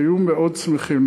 שהיו מאוד שמחים.